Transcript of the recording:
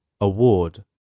award